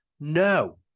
no